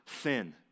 sin